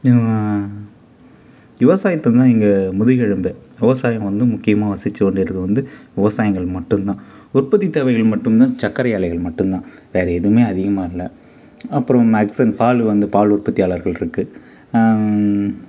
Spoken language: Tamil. விவசாயத்துல தான் எங்கள் முதுகெலும்பே விவசாயம் வந்து முக்கியமாக வசிச்சு வந்து விவசாயங்கள் மட்டும்தான் உற்பத்தி தேவைகள் மட்டும்தான் சக்கரை ஆலைகள் மட்டும்தான் வேறு எதுவுமே அதிகமாக இல்லை அப்புறம் அக்சன் பால் வந்து பால் உற்பத்தியாளர்கள் இருக்கு